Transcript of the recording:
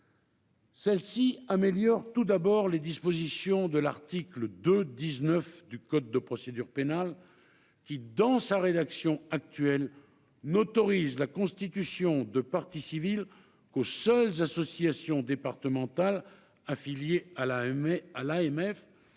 Ce texte améliore les dispositions de l'article 2-19 du code de procédure pénale, qui, dans sa rédaction actuelle, n'autorise la constitution de partie civile qu'aux seules associations départementales affiliées à l'AMF,